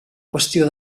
qüestió